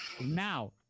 Now